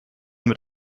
mit